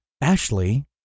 Ashley